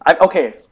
okay